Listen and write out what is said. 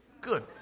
Good